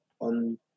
on